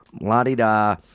la-di-da